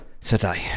today